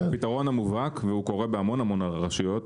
הפתרון המובהק והוא קורה בהמון רשויות,